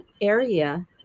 area